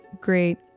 great